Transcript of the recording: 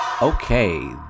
Okay